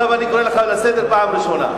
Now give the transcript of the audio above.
עכשיו אני קורא אותך לסדר פעם ראשונה.